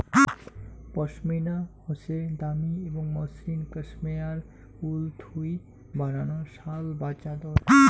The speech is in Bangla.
পশমিনা হসে দামি এবং মসৃণ কাশ্মেয়ার উল থুই বানানো শাল বা চাদর